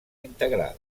integrades